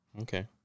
Okay